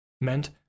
meant